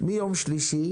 מיום שלישי